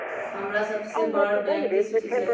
हमरा सबसे बड़ बैंक के सूची चाहि